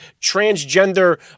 transgender